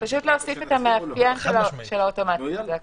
פשוט להוסיף את המאפיין של האוטומטיות, זה הכול.